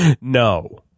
no